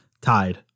Tied